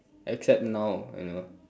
except now you know